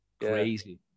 crazy